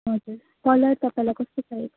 हजुर कलर तपाईँलाई कस्तो चाहिएको